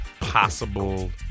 possible